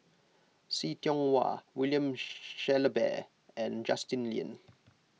See Tiong Wah William Shellabear and Justin Lean